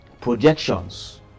projections